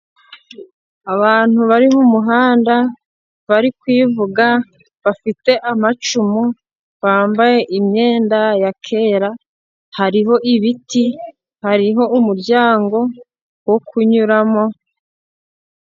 Abantu bari mu muhanda bari kwivuga, bafite amacumu, bambaye imyenda ya kera, hariho ibiti, hariho umuryango wo kunyuramo.